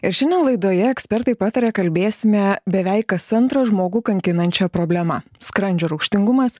ir šiandien laidoje ekspertai pataria kalbėsime beveik kas antrą žmogų kankinančia problema skrandžio rūgštingumas